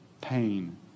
pain